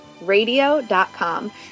radio.com